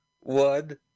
one